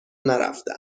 نرفته